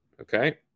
Okay